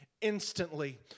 instantly